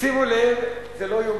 חלק גדול